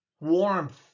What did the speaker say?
warmth